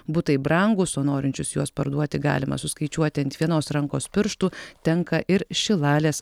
butai brangūs o norinčius juos parduoti galime suskaičiuoti ant vienos rankos pirštų tenka ir šilalės